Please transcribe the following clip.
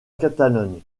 catalogne